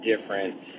different